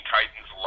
Titans